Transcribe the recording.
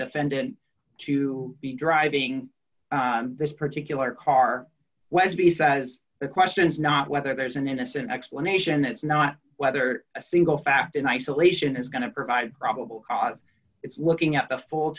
defendant to be driving this particular car was beside the question is not whether there's an innocent explanation it's not whether a single fact in isolation is going to provide probable cause it's looking at the full